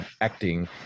acting